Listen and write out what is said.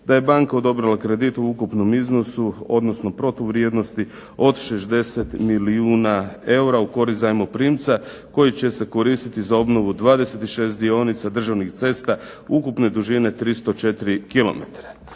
da je banka odobrila kredit u ukupnom iznosu, odnosno protuvrijednosti od 60 milijuna eura u korist zajmoprimca, koji će se koristiti za obnovu 26 dionica državnih cesta ukupne dužine 304 kim.